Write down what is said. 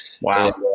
Wow